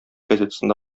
газетасында